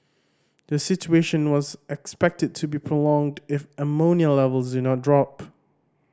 the situation was expected to be prolonged if ammonia levels do not drop